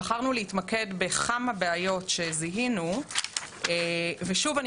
בחרנו להתמקד בכמה בעיות שזיהינו ושוב אני